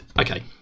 Okay